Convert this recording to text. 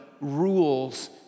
rules